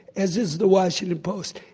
as is the washington post,